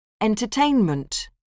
entertainment